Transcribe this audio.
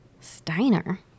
Steiner